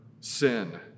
sin